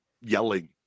yelling